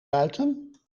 buiten